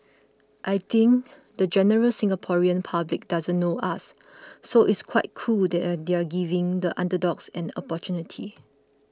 I think the general Singaporean public doesn't know us so it's quite cool that they're there giving the underdogs an opportunity